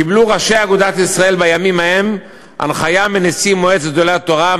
קיבלו ראשי אגודת ישראל בימים ההם הנחיה מנשיא מועצת גדולי התורה,